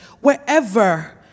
wherever